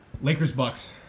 Lakers-Bucks